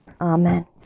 Amen